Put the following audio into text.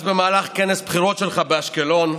אז, במהלך כנס בחירות שלך באשקלון,